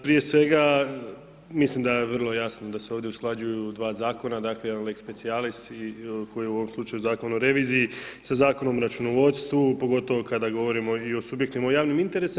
Prije svega, mislim da je vrlo jasno da se ovdje usklađuju 2 zakona, dakle jedan lex specijalis, i koji u ovom slučaju Zakon o reviziji sa Zakonom o računovodstvu, pogotovo kada govorimo i o subjektima o javnim interesom.